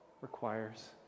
requires